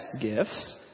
gifts